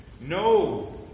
No